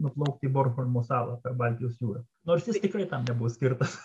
nuplaukti į bornholmo salą per baltijos jūrą nors jis tikrai tam nebuvo skirtas